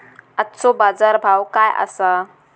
आजचो बाजार भाव काय आसा?